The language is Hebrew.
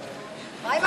ואחריו,